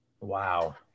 Wow